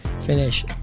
finish